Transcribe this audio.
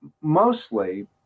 mostly